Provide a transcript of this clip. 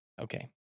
Okay